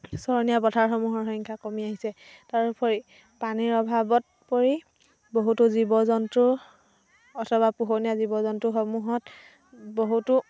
চৰণীয়া পথাৰসমূহৰ সংখ্য়া কমি আহিছে তাৰ উপৰি পানীৰ অভাৱত পৰি বহুতো জীৱ জন্তু অথবা পোহনীয়া জীৱ জন্তুসমূহত বহুতো